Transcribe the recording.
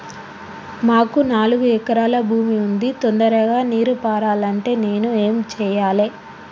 మాకు నాలుగు ఎకరాల భూమి ఉంది, తొందరగా నీరు పారాలంటే నేను ఏం చెయ్యాలే?